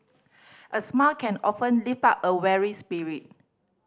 a smile can often lift up a weary spirit